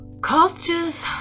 Cultures